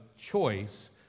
choice